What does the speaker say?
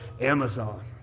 Amazon